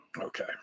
okay